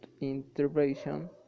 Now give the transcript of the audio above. intervention